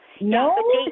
No